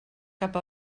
cap